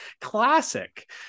classic